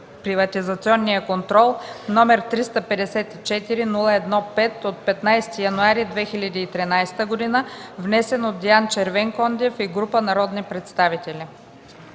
следприватизационния контрол, № 354-01-5, от 15 януари 2013 г., внесен от Диан Червенкондев и група народни представители.